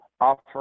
offer